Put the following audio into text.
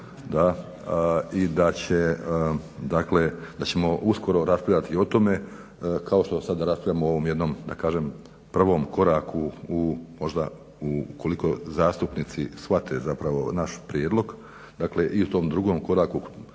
da ćemo uskoro raspravljati o tome kao što sad raspravljamo o ovom jednom da kažem prvom koraku u možda ukoliko zastupnici shvate zapravo naš prijedlog i tom drugom koraku